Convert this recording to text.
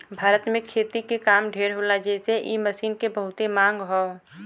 भारत में खेती के काम ढेर होला जेसे इ मशीन के बहुते मांग हौ